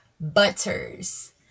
Butters